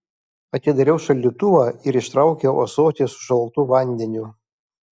atidariau šaldytuvą ir ištraukiau ąsotį su šaltu vandeniu